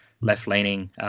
left-leaning